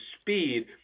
speed